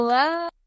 Hello